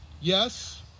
yes